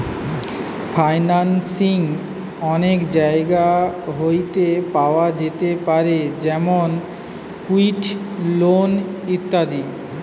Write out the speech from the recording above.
financing অনেক জায়গা হইতে পাওয়া যেতে পারে যেমন ইকুইটি, লোন ইত্যাদি